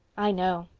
i know,